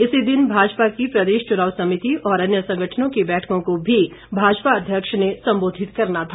इसी दिन भाजपा की प्रदेश चुनाव समिति और अन्य संगठनों की बैठकों को भी भाजपा अध्यक्ष ने संबोधित करना था